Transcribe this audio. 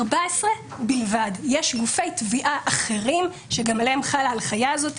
יש גופי תביעה אחרים שגם עליהם חלה ההנחיה הזו.